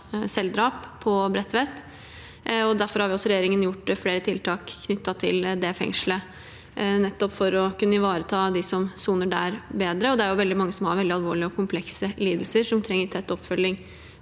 selvdrap på Bredtveit. Derfor har også regjeringen gjort flere tiltak knyttet til det fengslet, nettopp for å kunne ivareta de som soner der, bedre. Det er veldig mange som har veldig alvorlige og komplekse lidelser, og som trenger tett oppfølging.